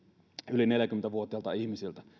yli neljäkymmentä vuotiailta ihmisiltä